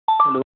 hello